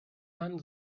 man